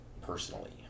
personally